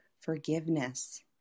Forgiveness